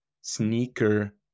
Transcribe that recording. sneaker